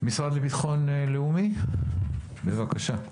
המשרד לביטחון לאומי, בבקשה.